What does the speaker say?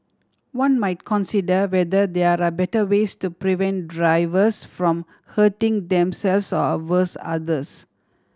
one might consider whether there are better ways to prevent drivers from hurting themselves or worse others